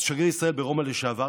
שגריר ישראל ברומא לשעבר,